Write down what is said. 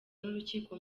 n’urukiko